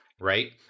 Right